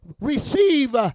receive